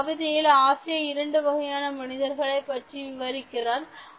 இந்த கவிதையில் ஆசிரியர் இரண்டு வகையான மனிதர்களை பற்றி விவரிக்கிறார்